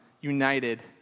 united